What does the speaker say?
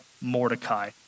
Mordecai